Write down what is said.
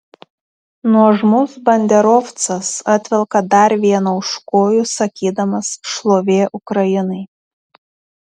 nuožmus banderovcas atvelka dar vieną už kojų sakydamas šlovė ukrainai